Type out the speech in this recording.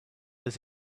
does